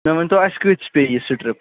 مے ؤنۍ تو اَسہِ کۭتِس پے یہِ سِٹرِپ